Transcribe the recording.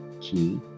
key